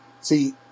See